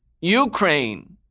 Ukraine